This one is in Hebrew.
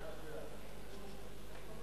הצעת ועדת החוקה,